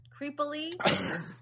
creepily